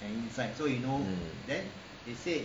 mm